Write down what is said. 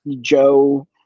Joe